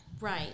Right